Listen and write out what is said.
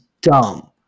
dumb